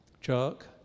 Chuck